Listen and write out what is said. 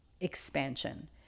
expansion